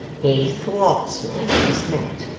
he thwarts me at this minute,